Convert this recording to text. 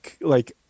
like-